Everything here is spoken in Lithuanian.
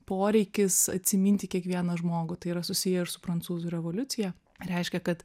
poreikis atsiminti kiekvieną žmogų tai yra susiję ir su prancūzų revoliucija reiškia kad